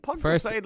First